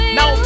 Now